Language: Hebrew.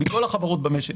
מכל החברות במשק.